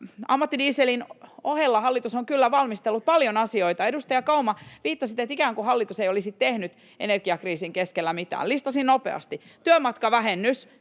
ammattidieselin ohella hallitus on kyllä valmistellut paljon asioita. Edustaja Kauma, viittasitte siihen, että ikään kuin hallitus ei olisi tehnyt energiakriisin keskellä mitään. Listasin nopeasti: Työmatkavähennys,